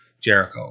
Jericho